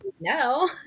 No